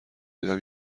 دیدم